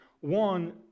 One